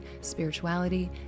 spirituality